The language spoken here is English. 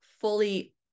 fully